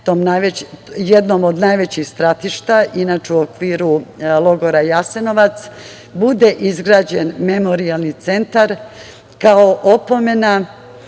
jednom od najvećih stratišta u okviru logora Jasenovac, bude izgrađen memorijalni centar kao opomena